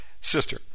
Sister